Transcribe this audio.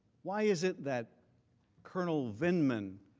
why is it that colonel vindman